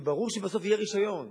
שברור שבסוף יהיה רשיון,